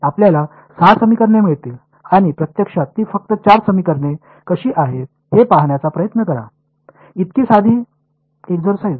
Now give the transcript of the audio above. आपल्याला 6 समीकरणे मिळतील आणि प्रत्यक्षात ती फक्त 4 समीकरणे कशी आहेत हे पाहण्याचा प्रयत्न करा इतकी साधी एक्सरसाईझ